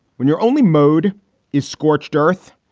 when you're only mode is scorched earth.